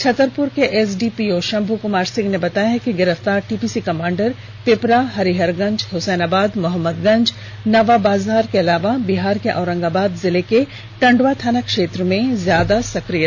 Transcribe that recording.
छतरपुर के एसडीपीओ शंभू कुमार सिंह ने बताया कि गिरफ्तार टीपीसी कमांडर पिपरा हरिहरगंज हुसैनाबाद मोहम्मदगंज नावाबाजार के अलावा बिहार के औरंगाबाद जिले के टंडवा थाना क्षेत्र में ज्यादा सक्रिय था